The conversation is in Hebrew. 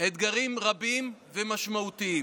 אתגרים רבים ומשמעותיים,